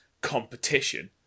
competition